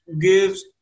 gives